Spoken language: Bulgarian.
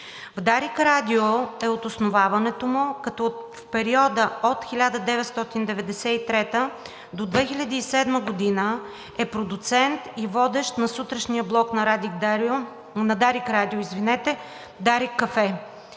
Дарик радио е от основаването му, като в периода от 1993-а до 2007 г. е продуцент и водещ на сутрешния блок на Дарик радио – „Дарик кафе“.